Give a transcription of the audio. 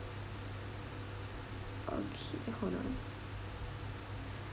okay hold on